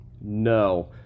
no